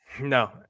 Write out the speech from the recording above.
No